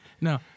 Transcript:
No